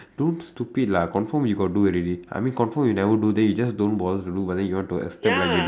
don't stupid lah confirm you got do already I mean confirm you never do then you just don't bother to do but then you want to extend like